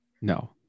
No